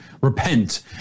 repent